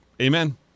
Amen